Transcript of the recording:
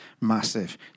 massive